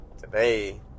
today